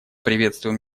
приветствуем